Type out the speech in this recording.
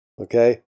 Okay